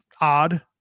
odd